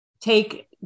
take